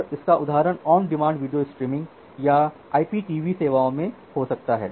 और इसका उदाहरण ऑन डिमांड वीडियो स्ट्रीमिंग या आईपीटीवी सेवाओं में हो सकता है